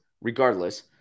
regardless